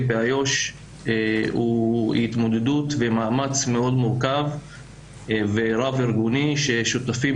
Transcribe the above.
באיו"ש הוא התמודדות ומאמץ מאוד מורכב ורב ארגוני ששותפים